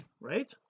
right